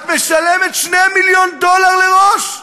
את משלמת 2 מיליון דולר לראש?